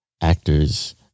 actors